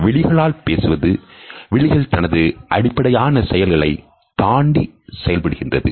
விழிகளால் பேசுவது விழிகள் தனது அடிப்படையான செயல்களை தாண்டி செயல்படுகிறது